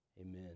Amen